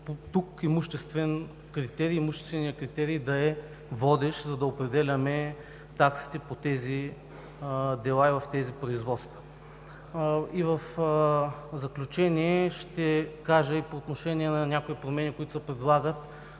тук имуществен критерии и той да е водещ, за да определяме таксите по тези дела и тези производства. В заключение ще кажа и по отношение на някои промени, които се предлагат